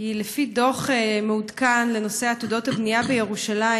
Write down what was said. כי לפי דוח מעודכן לנושא עתודות הבנייה בירושלים,